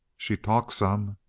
she talks some